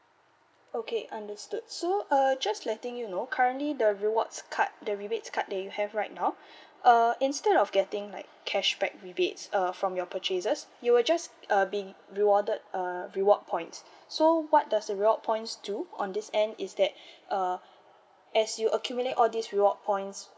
okay understood so uh just letting you know currently the rewards card the rebates card that you have right now uh instead of getting like cashback rebates uh from your purchases you will just uh being rewarded uh reward points so what does the rewards points do on this end is that uh as you accumulate all these reward points